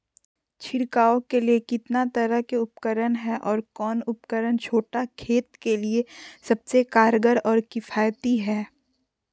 छिड़काव के लिए कितना तरह के उपकरण है और कौन उपकरण छोटा खेत के लिए सबसे कारगर और किफायती है?